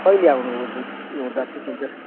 कहिले आउनु अब